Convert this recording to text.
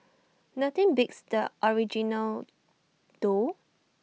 nothing beats the original though